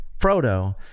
Frodo